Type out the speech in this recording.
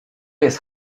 jest